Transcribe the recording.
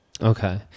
Okay